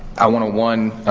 i want to, one,